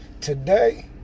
Today